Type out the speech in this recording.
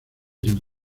ayudo